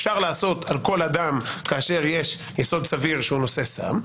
אפשר לעשות על כל אדם כשיש יסוד סביר להניח שהוא נושא סם,